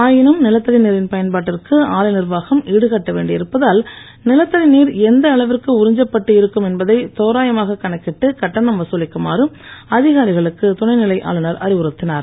ஆயினும் நிலத்தடி நீரின் பயன்பாட்டிற்கு ஆலை நிர்வாகம் ஈடுகட்ட வேண்டியிருப்பதால் நிலத்தடி நீர் எந்த அளவிற்கு உறிஞ்சப்பட்டு இருக்கும் என்பதை தோராயமாகக் கணக்கிட்டு கட்டணம் வதலிக்குமாறு அதிகாரிகளுக்கு துணைநிலை ஆளுநர் அறிவுறுத்தினார்